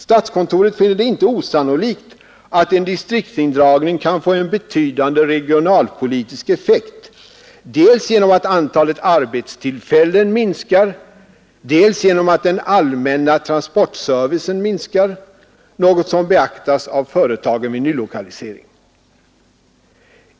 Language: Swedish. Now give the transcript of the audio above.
Statskontoret finner det inte osannolikt att en distriktindragning kan få en betydande regionalpolitisk effekt dels genom att antalet arbetstillfällen minskar, dels genom att den allmänna transportservicen minskar — något som beaktas av företagen vid nylokalisering.